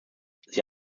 sie